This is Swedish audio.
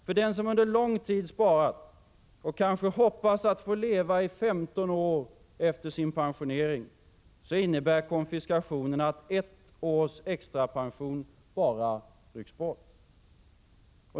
För den som under lång tid sparat och kanske hoppats att få leva i 15 år efter sin pensionering innebär konfiskationen att ett års extra pension bara rycks bort.